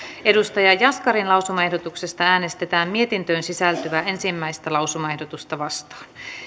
harri jaskarin lausumaehdotuksesta äänestetään mietintöön sisältyvää ensimmäinen lausumaehdotusta vastaan